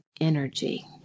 energy